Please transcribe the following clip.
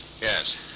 Yes